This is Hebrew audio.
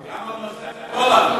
גם על נושא פולארד?